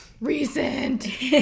Recent